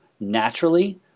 Naturally